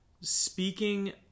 speaking